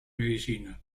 medicina